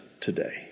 today